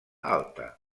alta